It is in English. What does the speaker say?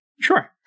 Sure